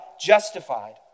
justified